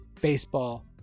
baseball